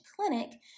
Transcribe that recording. clinic